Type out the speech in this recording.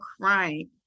crying